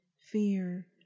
fear